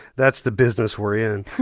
that's the business we're in.